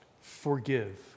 forgive